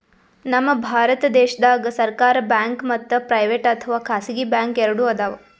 ನಮ್ ಭಾರತ ದೇಶದಾಗ್ ಸರ್ಕಾರ್ ಬ್ಯಾಂಕ್ ಮತ್ತ್ ಪ್ರೈವೇಟ್ ಅಥವಾ ಖಾಸಗಿ ಬ್ಯಾಂಕ್ ಎರಡು ಅದಾವ್